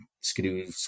Skidoo